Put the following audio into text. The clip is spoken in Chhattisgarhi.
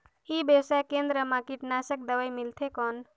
ई व्यवसाय केंद्र मा कीटनाशक दवाई मिलथे कौन?